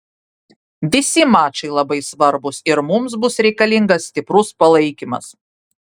visi mačai labai svarbūs ir mums bus reikalingas stiprus palaikymas